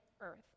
earth